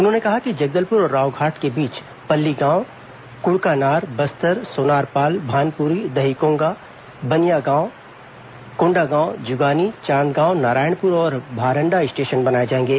उन्होंने कहा कि जगदलपुर और रावघाट के बीच पल्ली गांव कड़कानार बस्तर सोनारपाल भानपुरी दहीकोंगा बनियागांव कोंडागांव जुगानी चार्य परिवार नारायणपुर और भारंडा स्टेशन बनाए जाएगे